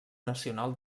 nacional